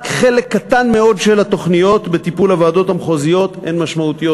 רק חלק קטן מאוד של התוכניות שבטיפול הוועדות המחוזיות הן משמעותיות.